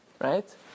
right